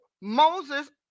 Moses